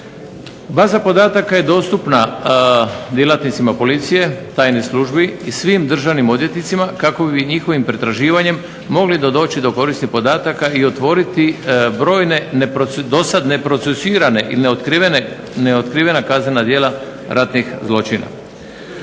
Baza podataka je dostupna djelatnicima policije, tajnih službi i svim državnim odvjetnicima kako bi njihovim pretraživanjem mogli doći do korisnih podataka i otvoriti brojne do sada neprocesuirane i neotkrivena kaznena djela ratnih zločina.